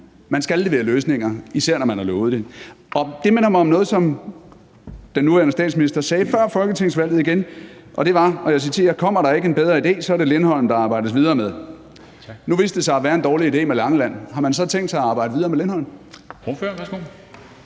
Man skal levere løsninger, især når man har lovet det. Det minder mig om noget, som den nuværende statsminister sagde før folketingsvalget, og det var – og jeg citerer: Kommer der ikke en bedre idé, er det Lindholm, der arbejdes videre med. Nu viste det sig at være en dårlig idé med Langeland. Har man så tænkt sig at arbejde videre med Lindholm?